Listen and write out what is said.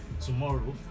tomorrow